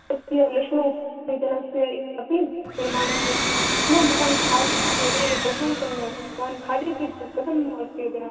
तस्य लशुणोपसेचनस्य अपि निर्माणं भवति पुनः भवान् खादिष्यति अरे बहुसम्यक् भवान् खादति कथमस्ति अधुना